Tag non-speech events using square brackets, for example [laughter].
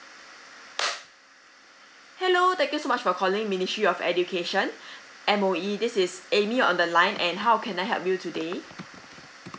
hello thank you so much for calling ministry of education [breath] M_O_E this is amy on the line and how can I help you today